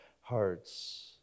hearts